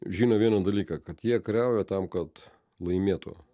žino vieną dalyką kad jie kariauja tam kad laimėtų